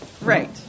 Right